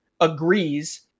agrees